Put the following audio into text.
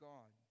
God